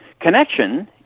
Connection